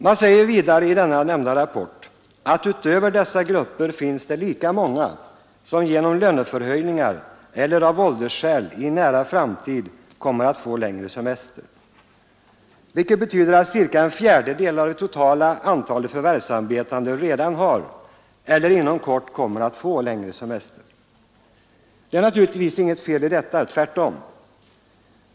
Man säger vidare i den nämnda rapporten, att utöver dessa grupper finns det lika många som genom löneförhöjningar eller av åldersskäl i en nära framtid kommer att få längre semester, vilket betyder att cirka en fjärdedel av det totala antalet förvärvsarbetande redan har eller inom kort kommer att få längre semester. Det är naturligtvis inget fel — tvärtom.